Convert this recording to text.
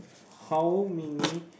how many